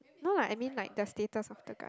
no lah I mean like the status of the guy